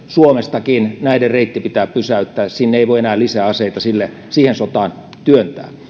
suomestakin kulkeutuvien aseiden reitti pitää pysäyttää ei voi enää lisää aseita siihen sotaan työntää